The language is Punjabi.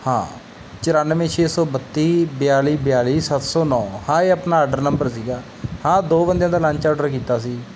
ਹਾਂ ਚੁਰਾਨਵੇਂ ਛੇ ਸੌ ਬੱਤੀ ਬਿਆਲੀ ਬਿਆਲੀ ਸੱਤ ਸੌ ਨੌਂ ਹਾਂ ਇਹ ਆਪਣਾ ਆਰਡਰ ਨੰਬਰ ਸੀਗਾ ਹਾਂ ਦੋ ਬੰਦਿਆਂ ਦਾ ਲੰਚ ਆਡਰ ਕੀਤਾ ਸੀ